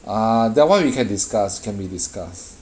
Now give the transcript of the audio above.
ah that [one] we can discuss can be discussed